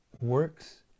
works